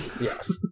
Yes